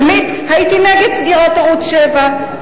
שנית, הייתי נגד סגירת ערוץ-7.